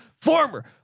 former